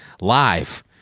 Live